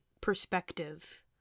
perspective